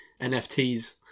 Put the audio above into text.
NFTs